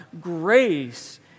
grace